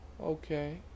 Okay